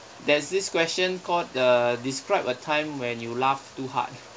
there's this question called the describe a time when you laughed too hard